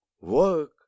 work